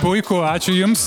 puiku ačiū jums